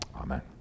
amen